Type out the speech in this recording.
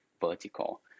vertical